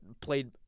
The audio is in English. played